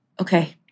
Okay